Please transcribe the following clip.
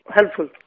helpful